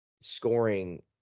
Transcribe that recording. scoring